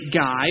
guy